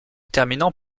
terminant